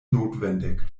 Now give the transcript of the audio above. notwendig